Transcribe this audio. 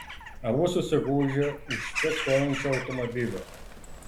abu susigūžė už čia stovinčio automobilio